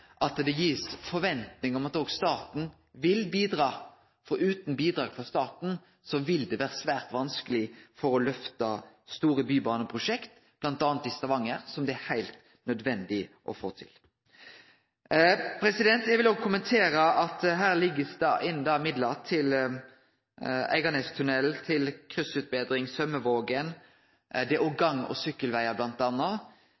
om at òg staten vil bidra, for utan bidrag frå staten vil det vere svært vanskeleg å lyfte store bybaneprosjekt, bl.a. i Stavanger, som det er heilt nødvendig å få til. Eg vil òg kommentere at ein legg inn midlar til Eiganestunnelen, til kryssutbetring i Sømmevågen, bl.a. til gang- og sykkelvegar. Prioriteringane her blir gjorde i dei årlege budsjettløyvingane. Det eg vil seie, er